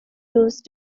used